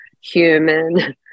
human